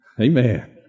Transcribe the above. Amen